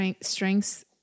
strengths